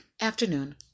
afternoon